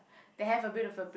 they have a bit of a b~